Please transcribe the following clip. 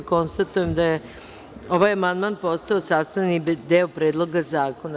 Konstatujem da je ovaj amandman postao sastavni deo Predloga zakona.